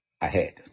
ahead